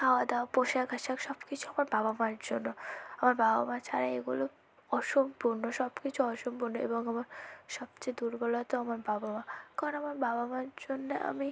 খাওয়াদাওয়া পোশাক আশাক সবকিছু আমার বাবা মার জন্য আমার বাবা মা ছাড়া এগুলো অসম্পূর্ণ সবকিছু অসম্পূর্ণ এবং আমার সবচেয়ে দুর্বলতা আমার বাবা মা কারণ আমার বাবা মার জন্যে আমি